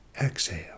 Exhale